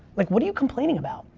like, what are you complaining about?